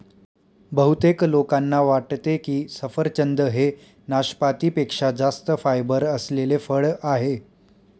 बहुतेक लोकांना वाटते की सफरचंद हे नाशपाती पेक्षा जास्त फायबर असलेले फळ आहे